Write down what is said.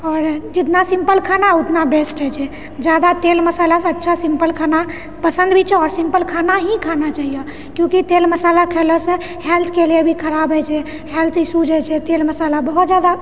आओर जितना सिम्पल खाना उतना बेस्ट होइ छै जादा तेल मसालासँ अच्छा सिम्पल खाना पसन्द भी छै आओर सिम्पल खाना ही खाना चाहिए किएकि तेल मसाला खैलासँ हेल्थके लिए भी खराब होइ छै हेल्थ इश्यूज होइ छै तेल मसाला बहुत जादा